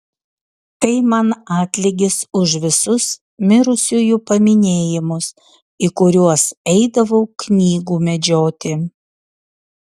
tai man atlygis už visus mirusiųjų paminėjimus į kuriuos eidavau knygų medžioti